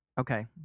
Okay